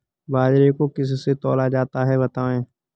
बाजरे को किससे तौला जाता है बताएँ?